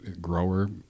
grower